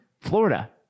florida